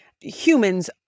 humans